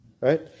Right